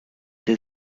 they